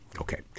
Okay